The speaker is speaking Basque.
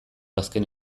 azken